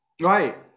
Right